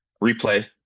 replay